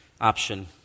option